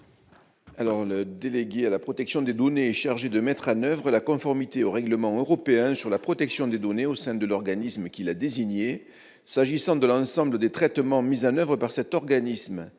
Le délégué à la protection des données est chargé de mettre en oeuvre la conformité au règlement général sur la protection des données au sein de l'organisme qui l'a désigné, et ce pour l'ensemble des traitements auxquels cet organisme